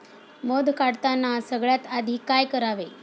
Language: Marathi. मध काढताना सगळ्यात आधी काय करावे?